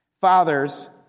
Fathers